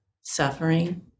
suffering